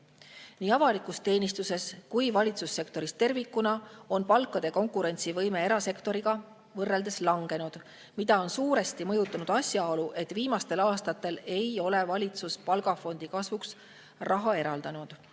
Nii avalikus teenistuses kui valitsussektoris tervikuna on palkade konkurentsivõime erasektoriga võrreldes langenud. Seda on suuresti mõjutanud asjaolu, et viimastel aastatel ei ole valitsus palgafondi kasvuks raha eraldanud.